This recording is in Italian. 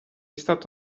stato